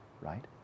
right